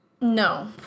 No